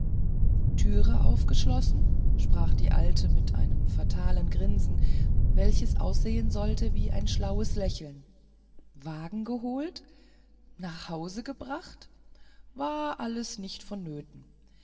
türe aufgeschlossen sprach die alte mit einem fatalen grinsen welches aussehen sollte wie schlaues lächeln wagen geholt nach hause gebracht war alles nicht vonnöten